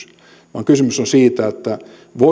vaan kysymys on siitä voiko